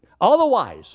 Otherwise